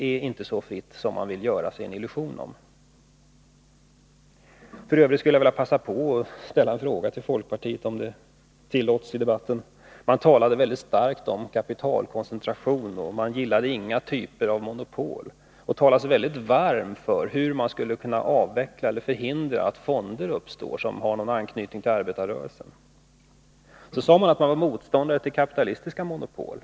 Jag skulle vilja passa på att ställa en fråga till folkpartiet, om det tillåts i debatten. Folkpartiet talar om kapitalkoncentration och gillar inga typer av monopol. Man talar varmt om hur man skall kunna förhindra att fonder uppstår som har någon anknytning till arbetarrörelsen. Man säger sig vara motståndare till kapitalistiska monopol.